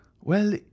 Well